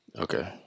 Okay